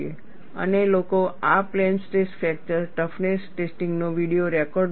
અને લોકો આ પ્લેન સ્ટ્રેસ ફ્રેક્ચર ટફનેસ ટેસ્ટિંગનો વીડિયો રેકોર્ડ બનાવે છે